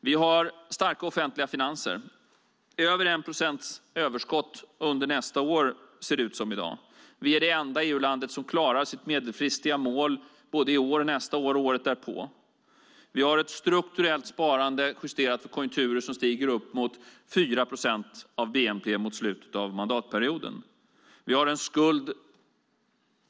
Vi har starka offentliga finanser - över 1 procents överskott nästa år, ser det ut som i dag. Vi är det enda EU-land som klarar sitt medelfristiga mål i år, nästa år och året därpå. Vi har ett strukturellt sparande justerat på konjunkturer som stiger upp mot 4 procent av bnp mot slutet av mandatperioden.